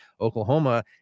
Oklahoma